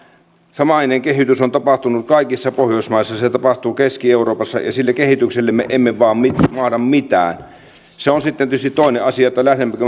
samainen kehitys on tapahtunut kaikissa pohjoismaissa se tapahtuu keski euroopassa ja sille kehitykselle me emme vaan mahda mitään se on sitten tietysti toinen asia lähdemmekö